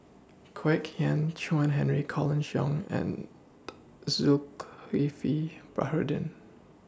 Kwek Hian Chuan Henry Colin Cheong and Zulkifli Baharudin